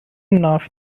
enough